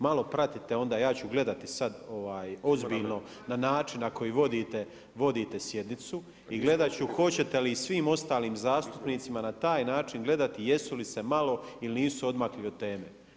Malo pratite onda, ja ću gledati sad ozbiljno na način na koji vodite sjednicu i gledat ću hoćete li svim ostalim zastupnicima na taj način gledati jesu li se malo ili nisu odmakli od teme.